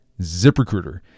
ZipRecruiter